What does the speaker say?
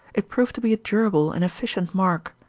it proved to be a durable and efficient mark.